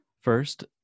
First